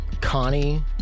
Connie